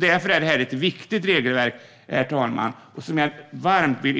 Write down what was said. Därför är detta ett viktigt regelverk, herr talman, som jag varmt vill